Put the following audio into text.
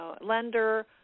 lender